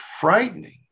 frightening